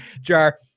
jar